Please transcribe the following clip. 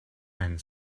and